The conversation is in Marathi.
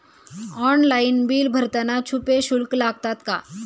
ऑनलाइन बिल भरताना छुपे शुल्क लागतात का?